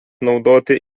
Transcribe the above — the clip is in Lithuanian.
naudoti